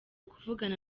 kuvugana